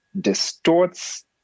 distorts